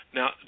Now